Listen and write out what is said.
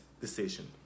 decision